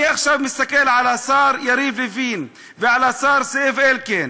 אני מסתכל עכשיו על השר יריב לוין ועל השר זאב אלקין.